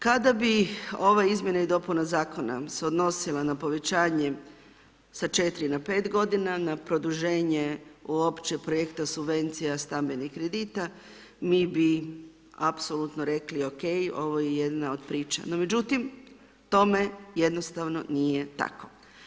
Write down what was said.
Kada bi ove izmjene i dopune Zakona se odnosila na povećanje sa 4 na 5 g., na produženje uopće projekta subvencija stambenih kredita, mi bi apsolutno rekli ok, ovo je jedna od priča no međutim, tome jednostavno nije tako.